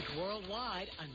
worldwide